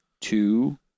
two